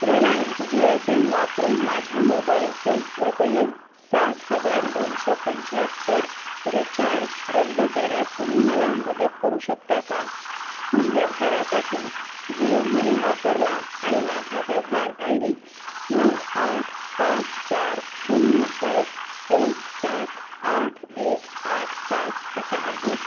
Reliance G S M वापरून माझ्या मोबाईलचे रुपये सात हजार दोनशे पंच्याहत्तर रिचार्ज रद्द करण्यात तुम्ही मला मदत करू शकता का मी व्यवहारासाठी जिओ मनी वापरला आणि माझा व्यवहार आय डी नऊ आठ पाच चार शून्य एक एक सात आठ एक आठ पाच असा आहे